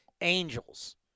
Angels